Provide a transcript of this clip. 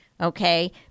okay